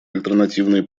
альтернативные